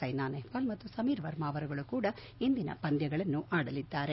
ಸ್ಟೆನಾ ನೆಹ್ವಾಲ್ ಮತ್ತು ಸಮೀರ್ ವರ್ಮಾ ಅವರುಗಳು ಕೂಡಾ ಇಂದಿನ ಪಂದ್ಯಗಳನ್ನು ಆಡಲಿದ್ದಾರೆ